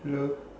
hello